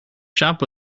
shop